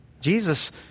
Jesus